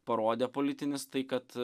parodė politinis tai kad